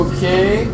Okay